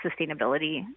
sustainability